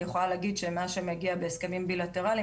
אני יכולה להגיד שמה שמגיע בהסכמים בילטראליים